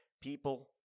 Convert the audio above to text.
people